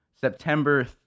September